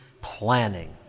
planning